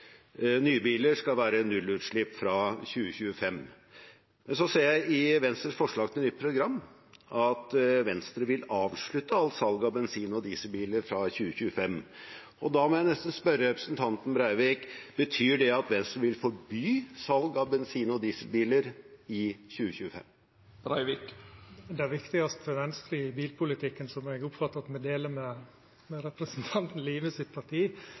skal være nullutslippsbiler fra 2025. Så ser jeg i Venstres forslag til nytt program at Venstre vil avslutte alt salg av bensin- og dieselbiler fra 2025. Da må jeg nesten spørre representanten Breivik: Betyr det at Venstre vil forby salg av bensin- og dieselbiler i 2025? Det viktigaste for Venstre i bilpolitikken, og som eg oppfattar at me og partiet til representanten